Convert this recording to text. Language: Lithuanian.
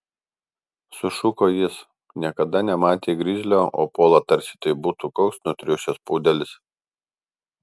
sušuko jis niekada nematė grizlio o puola tarsi tai būtų koks nutriušęs pudelis